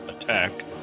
attack